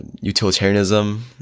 utilitarianism